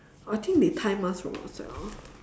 I think they time us from outside ah